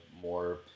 more